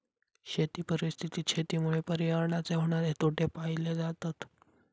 शेती परिस्थितीत शेतीमुळे पर्यावरणाचे होणारे तोटे पाहिले जातत